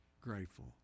grateful